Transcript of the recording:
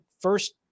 first